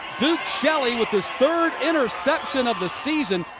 duke shelly with his third interception of the season.